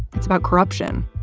it's about corruption,